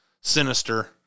sinister